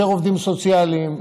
יותר עובדים סוציאליים,